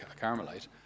Carmelite